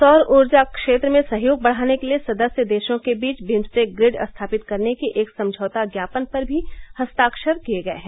सौर ऊर्जा क्षेत्र में सहयोग बढ़ाने के लिए सदस्य देशों के बीच बिम्सटेक प्रिड स्थापित करने के एक समझौता ज्ञापन पर भी हस्ताक्षर किये गये हैं